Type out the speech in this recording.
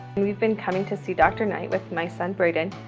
we've been coming to see dr. knight with my son braden.